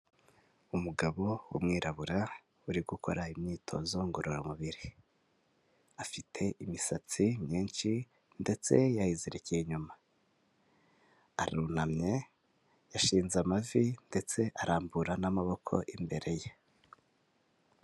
Umugabo w'umwirabura uri gukora imyitozo ngororamubiri, afite imisatsi myinshi ndetse yayizirikiye inyuma, arunamye yashinze amavi ndetse arambura n'amaboko imbere ye.